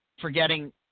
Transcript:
forgetting